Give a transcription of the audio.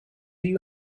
you